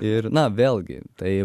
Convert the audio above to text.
ir na vėlgi tai